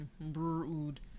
Brood